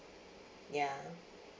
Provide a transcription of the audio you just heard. yeah